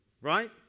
right